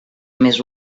més